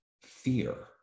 fear